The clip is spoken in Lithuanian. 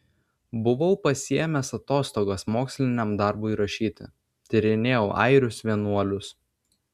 buvau pasiėmęs atostogas moksliniam darbui rašyti tyrinėjau airius vienuolius